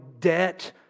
debt